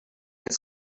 his